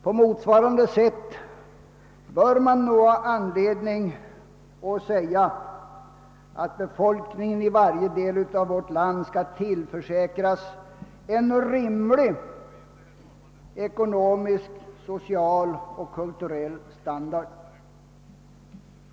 På motsvarande sätt bör man nog ha anledning att säga att befolkningen i varje del av vårt land skall tillförsäkras en rimlig ekonomisk, social och kulturell standard.